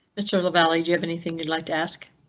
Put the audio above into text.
mr. lavalley, you have anything you'd like to ask?